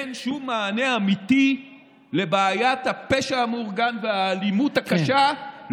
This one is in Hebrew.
אין שום מענה אמיתי לבעיית הפשע המאורגן והאלימות הקשה,